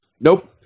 Nope